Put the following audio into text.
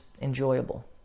enjoyable